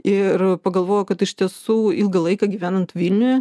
ir pagalvojau kad iš tiesų ilgą laiką gyvenant vilniuje